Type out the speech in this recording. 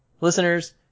listeners